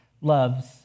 loves